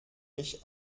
mich